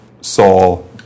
Saul